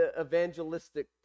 evangelistic